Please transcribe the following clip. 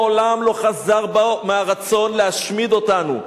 מעולם לא חזר מהרצון להשמיד אותנו,